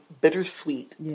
bittersweet